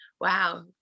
wow